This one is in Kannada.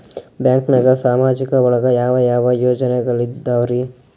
ಬ್ಯಾಂಕ್ನಾಗ ಸಾಮಾಜಿಕ ಒಳಗ ಯಾವ ಯಾವ ಯೋಜನೆಗಳಿದ್ದಾವ್ರಿ?